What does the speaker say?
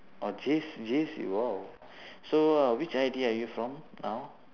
orh J_C J_C !wow! so uh which I_T_E are you from now